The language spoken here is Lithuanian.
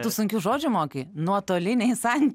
tu sunkių žodžių moki nuotoliniai santy